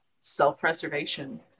self-preservation